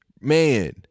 man